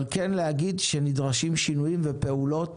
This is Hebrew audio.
אבל כן להגיד שנדרשים שינויים ונדרשות פעולות